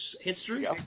history